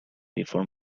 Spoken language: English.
before